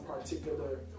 particular